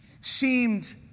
seemed